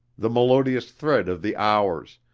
the melodious thread of the hours,